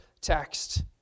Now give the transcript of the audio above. text